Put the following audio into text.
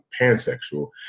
pansexual